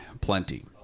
plenty